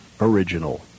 original